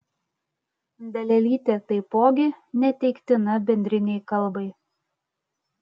dalelytė taipogi neteiktina bendrinei kalbai